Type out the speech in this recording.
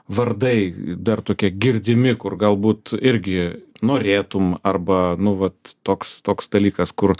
vardai dar tokie girdimi kur galbūt irgi norėtum arba nu vat toks toks dalykas kur